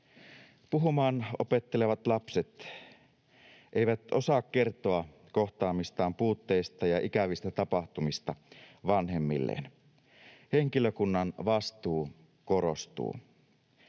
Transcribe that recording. Puhumaan opettelevat lapset eivät osaa kertoa kohtaamistaan puutteista ja ikävistä tapahtumista vanhemmilleen. Henkilökunnan vastuu korostuu.